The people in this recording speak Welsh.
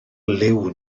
liw